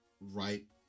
right